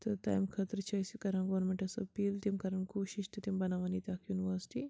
تہٕ تَمہِ خٲطرٕ چھِ أسۍ کَران گورمنٹَس أپیٖل تِم کَریٚن کوٗشِش تہٕ تِم بَناویٚن ییٚتہِ اَکھ یونیورسِٹی